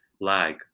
lag